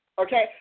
okay